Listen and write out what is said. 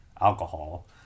alcohol